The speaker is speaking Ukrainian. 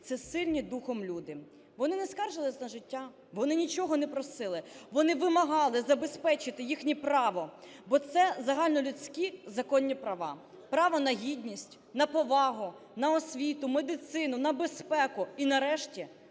це сильні духом люди. Вони не скаржилися на життя, вони нічого не просили. Вони вимагали забезпечити їхнє право, бо це загальнолюдські законні права: право на гідність, на повагу, на освіту, медицину, на безпеку і, нарешті,